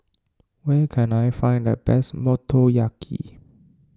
where can I find the best Motoyaki